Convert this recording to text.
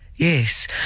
Yes